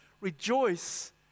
Rejoice